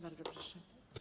Bardzo proszę.